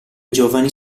giovani